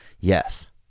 Yes